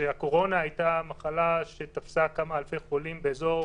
כשהקורונה הייתה מחלה שתפסה כמה אלפי חולים באזור